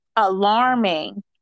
alarming